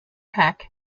peck